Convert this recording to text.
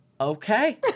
okay